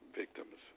victims